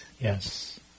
Yes